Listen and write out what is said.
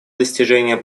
достижение